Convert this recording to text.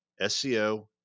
SEO